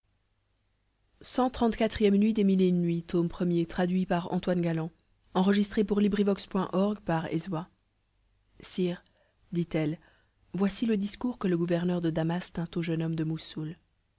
sire dit-elle voici le discours que le gouverneur de damas tint au jeune homme de moussoul